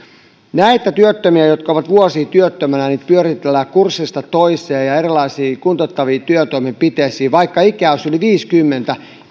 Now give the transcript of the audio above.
näitä työttömiä jotka ovat vuosia työttöminä pyöritellään kurssista toiseen ja erilaisiin kuntouttaviin työtoimenpiteisiin vaikka ikää olisi yli viisikymmentä